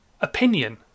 opinion